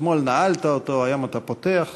אתמול נעלת אותו, היום אתה פותח אותו,